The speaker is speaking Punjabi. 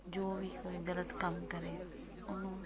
ਜੋ ਵੀ ਕੋਈ ਗਲਤ ਕੰਮ ਕਰੇ ਉਹਨੂੰ